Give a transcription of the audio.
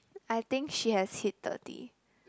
I think she has hit thirty